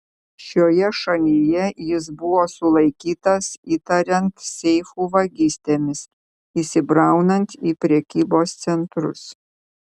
šioje šalyje jis buvo sulaikytas įtariant seifų vagystėmis įsibraunant į prekybos centrus